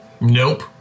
Nope